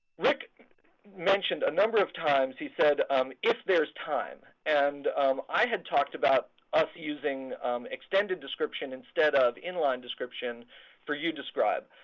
rick mentioned a number of times. he said if there's time. and um i had talked about us using extended description instead of in-line description for youdescribe.